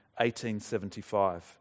1875